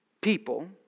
people